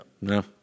no